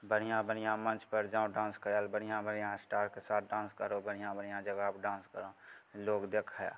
बढ़िआँ बढ़िआँ मञ्चपर जाउ डान्स करैले बढ़िआँ बढ़िआँ स्टारके साथ डान्स करहुँ बढ़िआँ बढ़िआँ जगहपर डान्स करहुँ लोक देखै